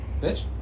Bitch